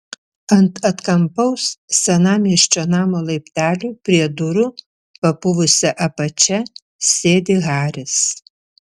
ant atkampaus senamiesčio namo laiptelių prie durų papuvusia apačia sėdi haris